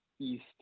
east